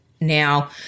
Now